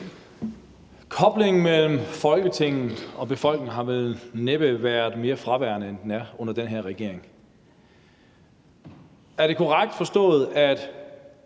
Koblingen mellem Folketinget og befolkningen har vel næppe været mere fraværende, end den er under den her regering. Er det korrekt forstået, at